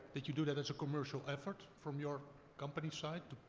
did you do that as a commercial effort, from your company's side,